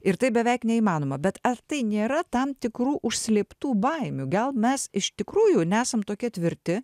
ir tai beveik neįmanoma bet ar tai nėra tam tikrų užslėptų baimių gal mes iš tikrųjų nesam tokie tvirti